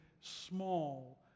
small